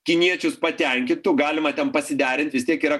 kiniečius patenkintų galima ten pasiderint vis tiek yra